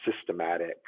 systematic